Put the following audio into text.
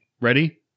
Ready